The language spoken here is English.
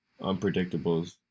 unpredictables